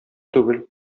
түгел